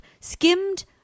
skimmed